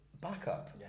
backup